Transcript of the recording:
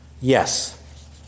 yes